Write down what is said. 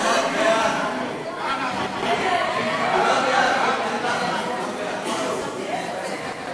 הודעת הממשלה על רצונה להחיל דין רציפות